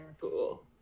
cool